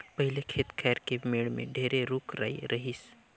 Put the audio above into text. पहिले खेत खायर के मेड़ में ढेरे रूख राई रहिस